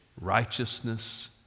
righteousness